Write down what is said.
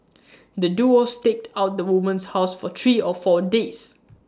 the duo staked out the woman's house for three or four days